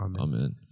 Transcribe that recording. Amen